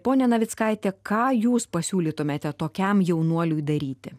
pone navickaite ką jūs pasiūlytumėte tokiam jaunuoliui daryti